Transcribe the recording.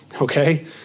okay